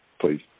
please